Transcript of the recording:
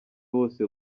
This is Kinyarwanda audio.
bose